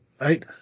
right